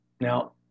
Now